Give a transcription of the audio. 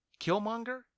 Killmonger